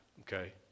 okay